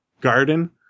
Garden